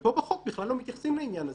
ופה בחוק בכלל לא מתייחסים לעניין הזה.